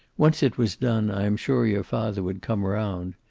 once it was done, i am sure your father would come around.